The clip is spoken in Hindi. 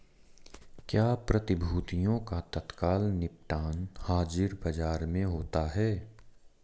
क्या प्रतिभूतियों का तत्काल निपटान हाज़िर बाजार में होता है?